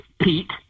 Pete